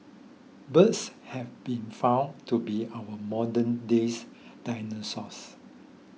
birds have been found to be our modern days dinosaurs